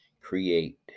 create